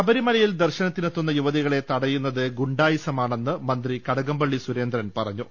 ശബരിമലയിൽ ദർശനത്തിനെത്തുന്ന യുവതികളെ തടയുന്നത് ഗുണ്ടാ യിസമാണെന്ന് മന്ത്രി കടകംപള്ളി സുരേന്ദ്രൻ പറഞ്ഞു